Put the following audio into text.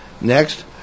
Next